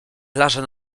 plaże